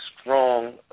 strong